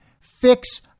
fix